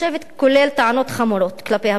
כולל טענות חמורות כלפי המשטרה.